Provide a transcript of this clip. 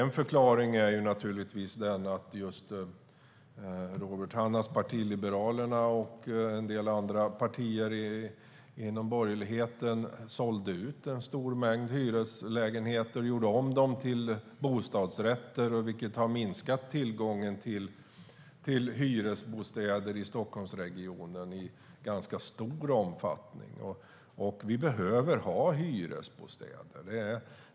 En förklaring är att Robert Hannahs parti Liberalerna och en del andra partier inom borgerligheten sålde ut en stor mängd hyreslägenheter och gjorde om dem till bostadsrätter, vilket har minskat tillgången till hyresbostäder i Stockholmsregionen i stor omfattning. Vi behöver ha hyresbostäder.